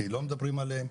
כי לא מדברים עליהם,